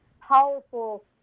powerful